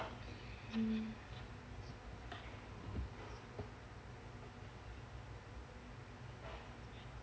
mm